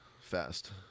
fast